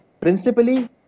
principally